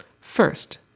First